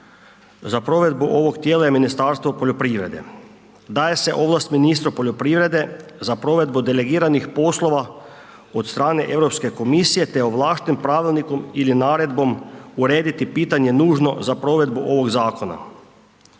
za provedbu ovog tijela je Ministarstvo poljoprivrede, daje se ovlast ministru poljoprivrede za provedbu delegiranih poslova od strane Europske komisije, te ovlašten pravilnikom ili naredbom urediti pitanje nužno za provedbu ovog zakona.